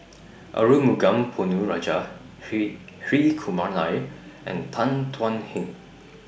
Arumugam Ponnu Rajah Hri Hri Kumar Nair and Tan Thuan Heng